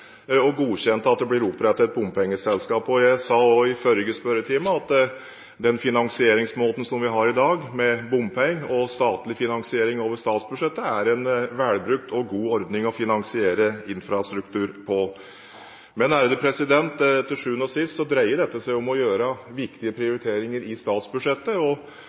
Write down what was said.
og godkjente at det ble opprettet et bompengeselskap. Jeg sa også i forrige spørretime at den finansieringsmåten som vi har i dag, med bompenger og statlig finansiering over statsbudsjettet, er en velbrukt og god ordning å finansiere infrastruktur på. Men til sjuende og sist dreier dette seg om å gjøre viktige prioriteringer i statsbudsjettet.